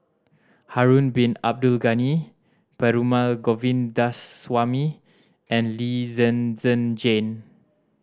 Harun Bin Abdul Ghani Perumal Govindaswamy and Lee Zhen Zhen Jane